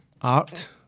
art